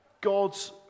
God's